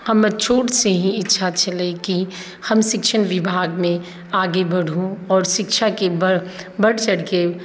हमर छोटसँ ही इच्छा छलै कि हम शिक्षण विभागमे आगे बढ़ू आओर शिक्षाके बढ़ बढ़ चढ़िके